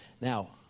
now